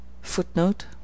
Footnote